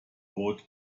both